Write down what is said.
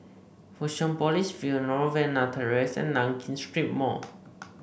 Fusionopolis View Novena Terrace and Nankin Street Mall